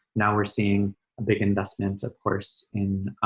now, we're seeing a big investment, of course, in